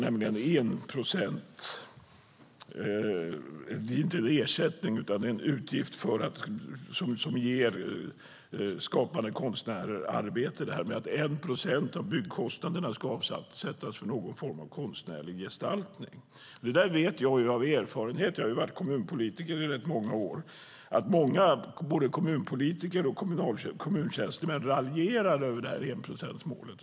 Det är inte en ersättning, utan det är en utgift som ger skapande konstnärer arbete. Det är det här med att 1 procent av byggkostnaderna ska avsättas för någon form av konstnärlig gestaltning. Jag har ju varit kommunpolitiker i rätt många år, och jag vet av erfarenhet att många, både kommunpolitiker och kommuntjänstemän, raljerar över det här enprocentsmålet.